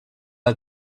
del